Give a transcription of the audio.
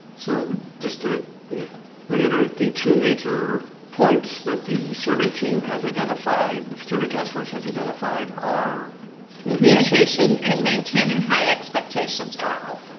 so just to reiterate the two major points that the survey team has identified the survey task force has identified our communication and maintaining high expectations for all